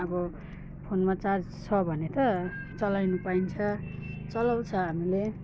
अब फोनमा चार्ज छ भने त चलाउनु पाइन्छ चलाउँछ हामीले